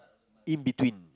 in between